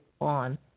on